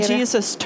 Jesus